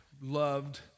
loved